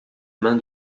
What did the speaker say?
main